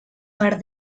per